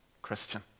Christian